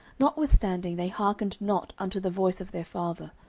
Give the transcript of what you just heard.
notwithstanding they hearkened not unto the voice of their father,